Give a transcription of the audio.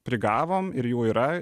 prigavom ir jų yra